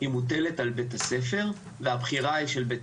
מוטלת על בית הספר והבחירה היא של בית